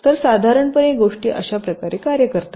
तर साधारणपणे गोष्टी अशा प्रकारे कार्य करतात